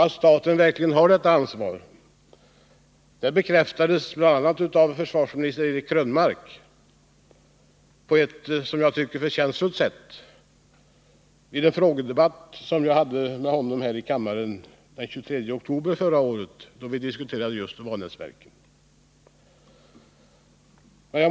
Att staten verkligen har detta ansvar bekräftades på ett förtjänstfullt sätt av försvarsminister Eric Krönmark vid en frågedebatt som jag hade med honom här i kammaren den 23 oktober förra året, då vi diskuterade just Vanäsverken.